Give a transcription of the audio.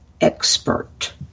expert